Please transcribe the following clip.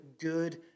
good